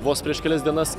vos prieš kelias dienas